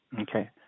Okay